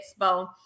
Expo